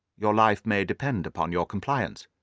your life may depend upon your compliance.